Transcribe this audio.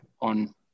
on